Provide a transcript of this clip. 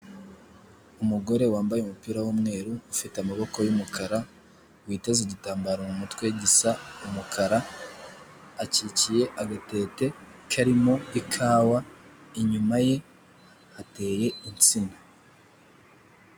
Umugore wambaye umupira w'umweru, ufite amaboko y'umukara witeze igitambaro mu mutwe gisa umukara ,akikiye agatete karimo ikawa inyuma ye hateye insina.